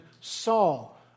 Saul